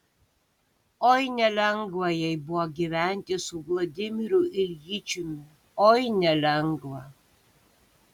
oi nelengva jai buvo gyventi su vladimiru iljičiumi oi nelengva